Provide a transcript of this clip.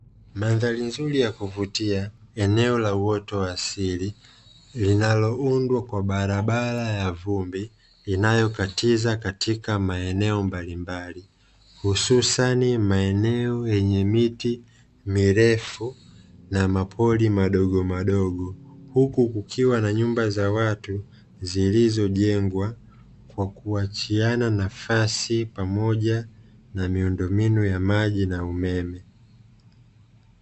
Mandhari nzuri ya kuvutia, eneo la uoto wa asili linaloundwa kwa barabara ya vumbi inayokatiza katika maeneo mbalimbali hususani maeneo yenye miti mirefu na mapori madogomadogo; huku kukiwa na nyumba za watu zilizojengwa kwa kuachiana nafasi pamoja na miundombinu ya maji na umeme.